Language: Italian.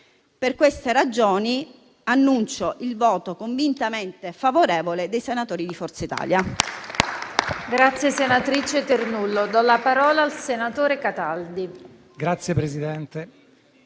Per queste ragioni, annuncio il voto convintamente favorevole dei senatori di Forza Italia.